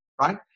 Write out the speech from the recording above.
right